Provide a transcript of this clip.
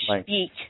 speak